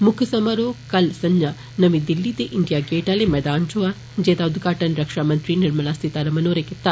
मुक्ख समारोह कल संजा नमीं दिल्ली दे इंडिया गेट आले मैदान होआ जेदा उद्घाटन रक्षामंत्री निर्मला सीतारमण होरें कीता